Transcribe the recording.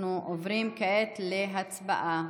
אנחנו עוברים כעת להצבעה.